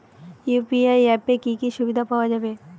UPI অ্যাপে কি কি সুবিধা পাওয়া যাবে?